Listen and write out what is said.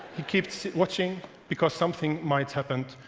he kept watching because something might happen,